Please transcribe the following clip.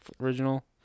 original